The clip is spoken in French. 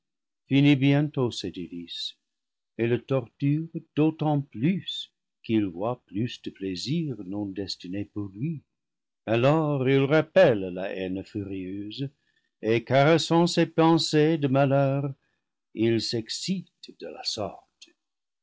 finit bientôt ses délices et le torture d'autant plus qu'il voit plus de plaisir non destiné pour lui alors il rappelle la haine furieuse et caressant ses pensées de malheur il s'excite de la sorte